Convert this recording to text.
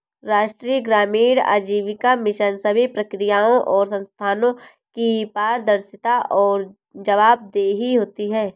राष्ट्रीय ग्रामीण आजीविका मिशन सभी प्रक्रियाओं और संस्थानों की पारदर्शिता और जवाबदेही होती है